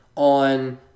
on